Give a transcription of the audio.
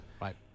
Right